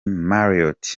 marriot